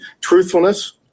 truthfulness